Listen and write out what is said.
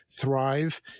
thrive